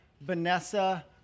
Vanessa